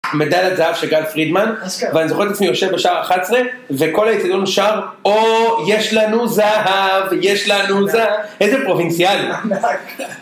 מדליית זהב של גל פרידמן, ואני זוכר את עצמי יושב בשער ה-11, וכל האיצטדיון שר, הו, יש לנו זהב, יש לנו זהב, איזה פרובינציאלי.